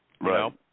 Right